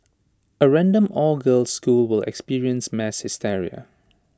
A random all girls school will experience mass hysteria